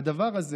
והדבר הזה,